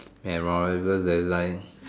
memorable there's like